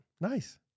Nice